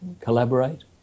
collaborate